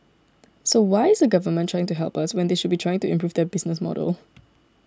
so why is the Government trying to help when they should be trying to improve their business model